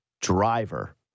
driver